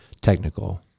technical